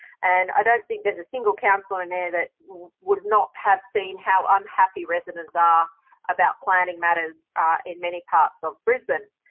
and i don't think there's a single councillor in there that would not have seen how unhappy residents are ah about planning matters in many parts of brisbane.